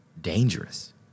dangerous